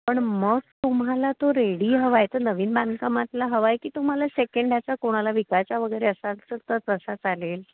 पण मग तुम्हाला तो रेडी हवा आहे तर नवीन बांधकामातला हवा आहे की तुम्हाला सेकंड ह्याचा कोणाला विकायचा वगैरे असाल तर तसा चालेल